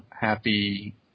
happy